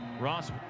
Ross